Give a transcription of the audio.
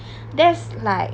that's like